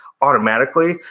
automatically